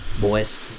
boys